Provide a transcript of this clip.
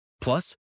Plus